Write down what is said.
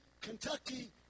Kentucky